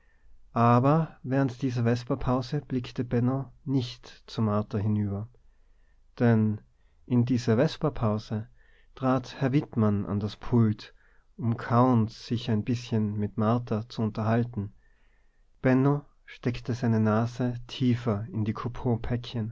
aber während dieser vesperpause blickte benno nicht zu martha hinüber denn in dieser vesperpause trat herr wittmann an das pult um kauend sich ein bißchen mit martha zu unterhalten benno steckte seine nase tiefer in die